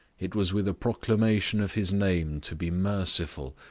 it was with a proclamation of his name to be merciful,